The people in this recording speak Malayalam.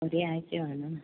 ഒരാഴ്ച വേണോ